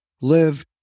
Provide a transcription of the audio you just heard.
Live